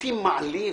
מעליב.